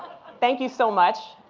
thank you so much.